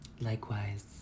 Likewise